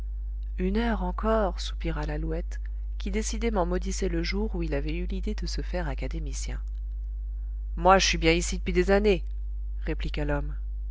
une heure encore soupira lalouette qui décidément maudissait le jour où il avait eu l'idée de se faire académicien moi je suis bien ici depuis des années répliqua l'homme